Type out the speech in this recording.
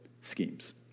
schemes